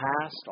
past